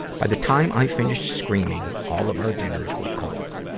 by the time i finished screaming, all of our dinners were cold.